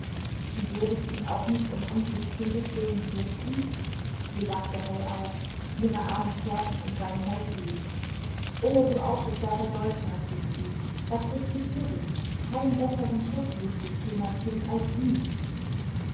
du würdest ihn auch nicht um unseres kindes willen fürchten sie lachte hell auf ihre arme zärtlich um seinen hals legend o du aufgeklärter deutscher rief sie was bist du töricht keinen besseren schutz wüßt ich für mein kind als ihn